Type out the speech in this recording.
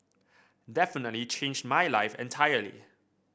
definitely changed my life entirely